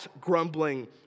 grumbling